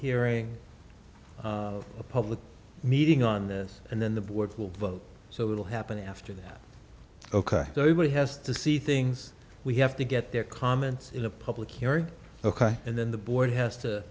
hearing a public meeting on this and then the board will vote so it'll happen after that ok nobody has to see things we have to get their comments in a public hearing ok and then the board has to